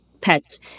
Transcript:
pets